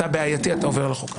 אתה בעייתי ועובר על החוק.